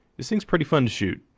this thing's pretty fun to shoot.